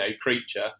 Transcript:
creature